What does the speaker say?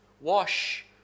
Wash